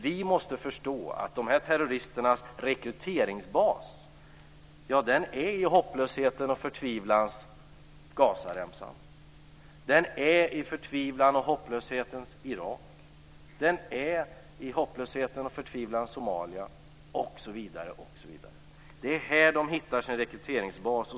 Vi måste förstå att dessa terroristers rekryteringsbas finns i hopplöshetens och förtvivlans Gazaremsan, i hopplöshetens och förtvivlans Irak, i hopplöshetens och förtvivlans Somalia osv. Det är där som de hittar sin rekryteringsbas.